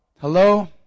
Hello